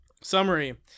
Summary